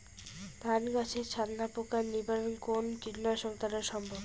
ধান গাছের ছাতনা পোকার নিবারণ কোন কীটনাশক দ্বারা সম্ভব?